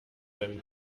seinen